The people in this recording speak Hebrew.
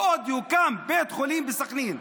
ועוד יוקם בית חולים בסח'נין.